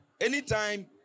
anytime